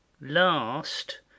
last